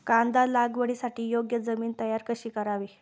कांदा लागवडीसाठी योग्य जमीन तयार कशी करावी?